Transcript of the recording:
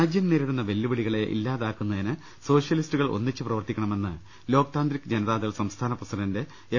രാജ്യം നേരിടുന്ന വെല്ലുവിളികളെ ഇല്ലാതാക്കു ന്നതിന് സോഷ്യലിസ്റ്റുകൾ ഒന്നിച്ചു പ്രവർത്തിക്കണ മെന്ന് ലോക് താന്ത്രിക് ജനതാദൾ സംസ്ഥാന പ്രസിഡന്റ് എം